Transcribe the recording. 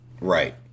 Right